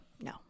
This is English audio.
No